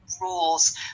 rules